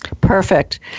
Perfect